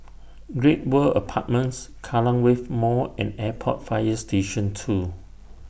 Great World Apartments Kallang Wave Mall and Airport Fire Station two